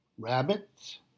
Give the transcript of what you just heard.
Rabbits